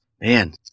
Man